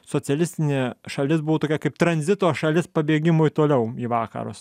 socialistinė šalis buvo tokia kaip tranzito šalis pabėgimui toliau į vakarus